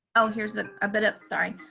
oh here's a ah bit of, sorry,